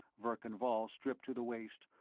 verkan vall stripped to the waist,